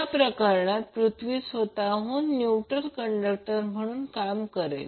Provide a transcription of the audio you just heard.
त्या प्रकरणात पृथ्वी स्वतः न्यूट्रल कंडक्टर म्हणून काम करेल